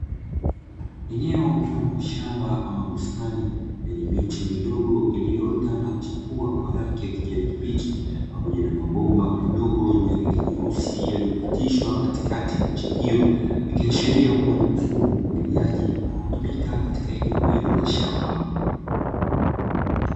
Eneo mfano wa shamba au bustani lenye miche midogo iliyoota na kuchipua kwa rangi ya kijani kibichi. Pamoja na mabomba madogo yenye rangi nyeusi yaliyopitishwa katikati ya miche hiyo, ikiashiria kuwa ni mfumo wa umwagiliaji unaotumika katika eneo ilo la shamba.